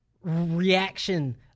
reaction